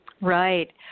Right